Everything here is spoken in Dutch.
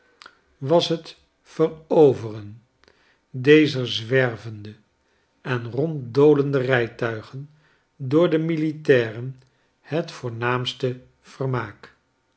was het veroveren dezer zwervende en ronddolende rijtuigen door de militairen het voornaamste vermaak